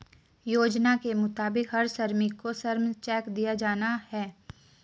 योजना के मुताबिक हर श्रमिक को श्रम चेक दिया जाना हैं